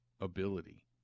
ability